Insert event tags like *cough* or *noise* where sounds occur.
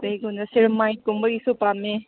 *unintelligible* ꯁꯦꯔꯥꯃꯥꯏꯠ ꯀꯨꯝꯕꯒꯤꯁꯨ ꯄꯥꯝꯃꯦ